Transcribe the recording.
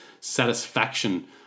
satisfaction